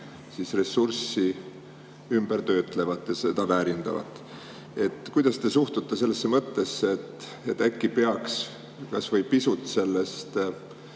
meie ressurssi ümber töötlevad ja seda väärindavad. Kuidas te suhtute sellesse mõttesse, et äkki peaks kas või natuke sellest